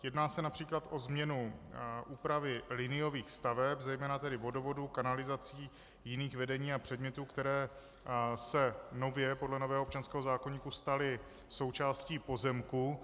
Jedná se například o změnu úpravy liniových staveb, zejména tedy vodovodů, kanalizací, jiných vedení a předmětů, které se nově podle nového občanského zákoníku staly součástí pozemku.